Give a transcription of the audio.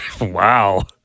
Wow